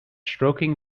stroking